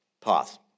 Pause